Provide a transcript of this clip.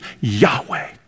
Yahweh